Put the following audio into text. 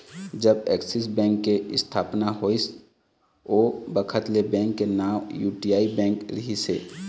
जब Axis bank के इस्थापना होइस ओ बखत ऐ बेंक के नांव यूटीआई बेंक रिहिस हे